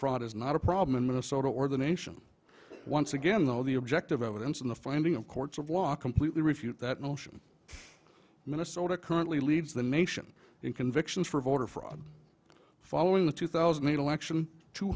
fraud is not a problem in minnesota or the nation once again though the objective evidence in the finding of courts of law completely refute that notion minnesota currently leads the nation in convictions for voter fraud following the two thousand election two